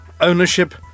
Ownership